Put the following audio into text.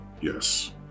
yes